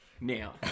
Now